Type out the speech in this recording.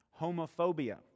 homophobia